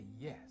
yes